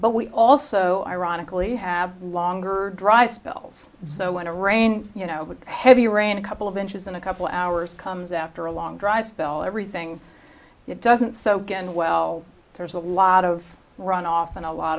but we also ironically have longer drive spells so when a rain you know heavy rain a couple of inches and a couple hours comes after a long dry spell everything doesn't soak in well there's a lot of runoff and a lot